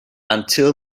until